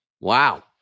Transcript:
Wow